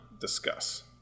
discuss